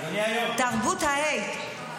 תרבות ה-hate.